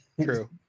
true